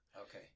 Okay